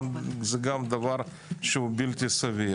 זה גם דבר שהוא בלתי סביר.